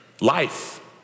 life